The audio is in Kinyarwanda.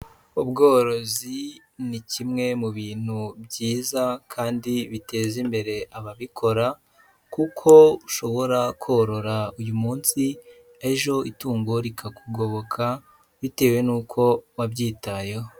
Ubworozi ni kimwe mu bintu byiza kandi biteza imbere ababikora kuko ushobora korora uyu munsi ejo itungo rikakugoboka bitewe nuko wabyitayeho.